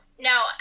Now